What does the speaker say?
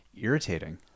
irritating